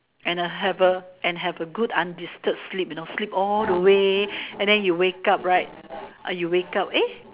and I have a and have a good undisturbed sleep you know sleep all the way and then you wake up right ah you wake up eh